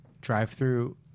drive-through